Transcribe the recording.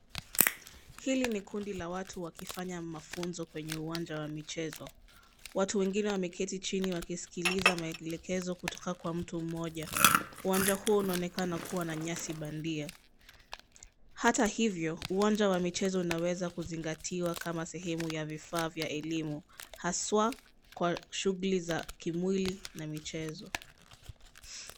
Hili ni kundi la watu wakifanya mafunzo kwenye uwanja wa michezo. Watu wengine wameketi chini wakisikiliza maelekezo kutoka kwa mtu mmoja. Uwanja huu unaonekana kuwa na nyasi bandia. Hata hivyo, uwanja wa michezo unaweza kuzingatiwa kama sehemu ya vifaa vya elimu haswaa kwa shughuliu za kimwili na michezo.